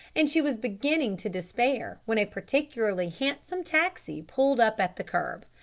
and she was beginning to despair, when a particularly handsome taxi pulled up at the kerb.